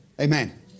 Amen